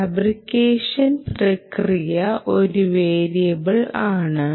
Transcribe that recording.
fabrication പ്രക്രിയ ഒരു variable ആണ്